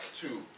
two